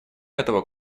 этого